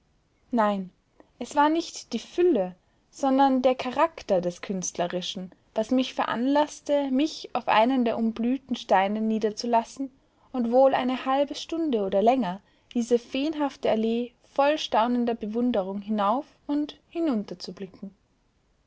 nein es war nicht die fülle sondern der charakter des künstlerischen was mich veranlaßte mich auf einen der umblühten steine niederzulassen und wohl eine halbe stunde oder länger diese feenhafte allee voll staunender bewunderung hinauf und hinunter